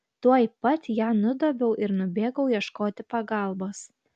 tuoj pat ją nudobiau ir nubėgau ieškoti pagalbos